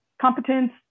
competence